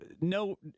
no